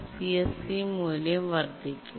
CSC മൂല്യം വർദ്ധിക്കുന്നു